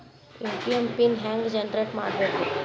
ATM PIN ಹೆಂಗ್ generate ಮಾಡಬೇಕು?